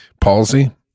Palsy